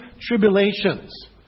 tribulations